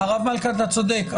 הרב מלכא, אתה צודק.